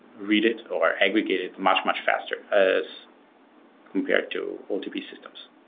read it or aggregate it much, much faster, as compared to oltp systems.